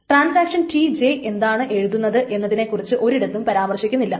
transaction Tj എന്താണ് എഴുതുന്നത് എന്നതിനെക്കുറിച്ച് ഒരിടത്തും പരാമർശിക്കുന്നില്ല